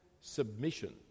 submission